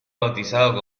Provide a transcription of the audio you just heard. bautizado